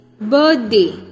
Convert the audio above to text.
birthday